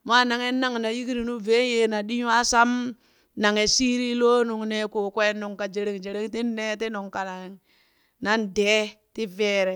Mwaa naghe nang na yikrinu veen yee na ɗi nywaa sham nanghe shiiri loo nungnee koo kween nungka jeren jereng tin nee ti nung kang na nan dee ti veere.